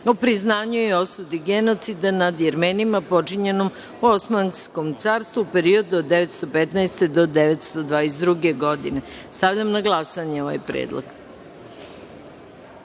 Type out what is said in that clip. o priznanju i osudi genocida nad Jermenima počinjenom u Osmanskom carstvu u periodu od 1915. do 1922. godine. Stavljam na glasanje ovaj